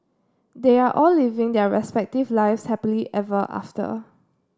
they are all living their respective lives happily ever after